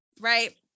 right